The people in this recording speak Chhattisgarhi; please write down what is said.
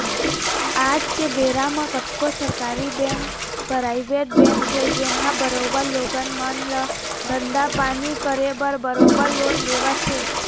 आज के बेरा म कतको सरकारी बेंक, पराइवेट बेंक हे जेनहा बरोबर लोगन मन ल धंधा पानी करे बर बरोबर लोन देवत हे